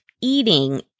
eating